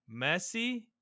Messi